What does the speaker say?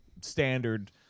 standard